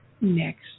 next